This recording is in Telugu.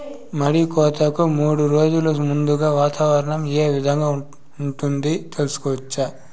మడి కోతలకు మూడు రోజులు ముందుగా వాతావరణం ఏ విధంగా ఉంటుంది, తెలుసుకోవచ్చా?